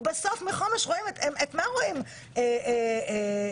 בסוף מחומש רואים את מה רואים, ניר?